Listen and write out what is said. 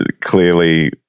clearly